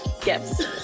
gifts